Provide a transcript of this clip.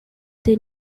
they